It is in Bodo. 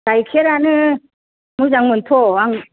गाइखेरानो मोजांमोनथ' आं